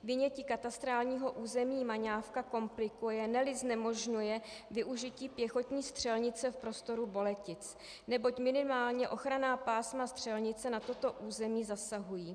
Vynětí katastrálního území Maňávka komplikuje, neli znemožňuje využití pěchotní střelnice v prostoru Boletic, neboť minimálně ochranná pásma střelnice na toto území zasahují.